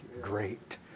great